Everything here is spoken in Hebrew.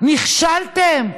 נכשלתם.